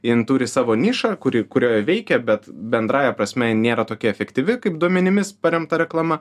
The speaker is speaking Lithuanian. jin turi savo nišą kuri kurioje veikia bet bendrąja prasme ji nėra tokia efektyvi kaip duomenimis paremta reklama